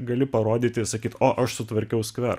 gali parodyti sakyti o aš sutvarkiau skverą